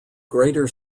greater